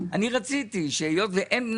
אני רציתי שהיות ואין,